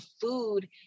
food